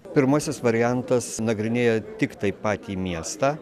pirmasis variantas nagrinėja tiktai patį miestą